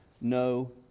no